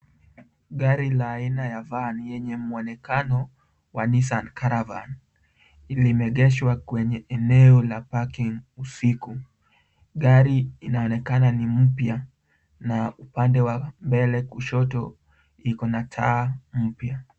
Gari la aina ya vani yenye muonekano wa Nissan caravan limeegeshwa kwenye eneo la parking usiku. Gari inaonekana ni mpya na upande wa mbele kushoto iko na taa mpya.